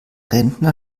rentner